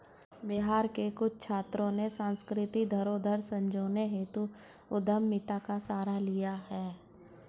बिहार के कुछ छात्रों ने सांस्कृतिक धरोहर संजोने हेतु उद्यमिता का सहारा लिया है